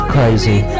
Crazy